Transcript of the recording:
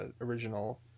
original